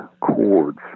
cords